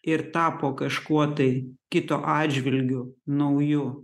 ir tapo kažkuo tai kito atžvilgiu nauju